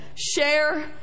share